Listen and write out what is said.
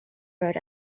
road